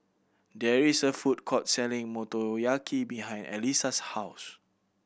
there is a food court selling Motoyaki behind Elisa's house